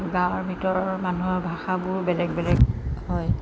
গাঁৱৰ ভিতৰৰ মানুহৰ ভাষাবোৰো বেলেগ বেলেগ হয়